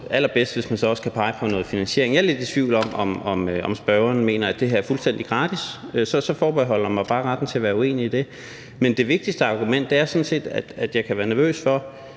allerbedst, hvis man også kan pege på noget finansiering. Jeg er lidt i tvivl om, om spørgeren mener, at det her er fuldstændig gratis. Og så forbeholder jeg mig bare retten til at være uenig i det. Men det vigtigste argument er sådan set, at jeg kan være nervøs for,